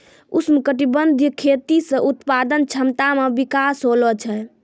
उष्णकटिबंधीय खेती से उत्पादन क्षमता मे विकास होलो छै